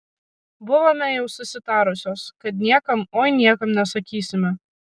buvome jau susitarusios kad niekam oi niekam nesakysime